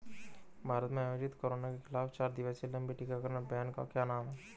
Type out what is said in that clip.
भारत में आयोजित कोरोना के खिलाफ चार दिवसीय लंबे टीकाकरण अभियान का क्या नाम है?